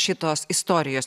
šitos istorijos